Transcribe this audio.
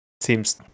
seems